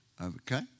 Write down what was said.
okay